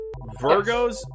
virgos